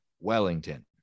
Wellington